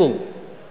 אדוני היושב-ראש,